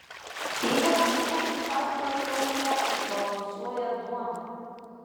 ypač cukraus pusiausvyrą kraujyje išbalansuoja duona